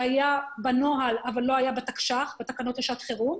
שהיה בנוהל אבל לא היה בתקנות לשעת חירום.